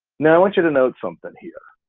now i want you to note something here.